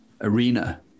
arena